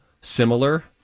similar